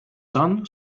son